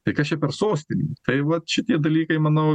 tai kas čia per sostinė tai vat šitie dalykai manau